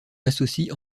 associe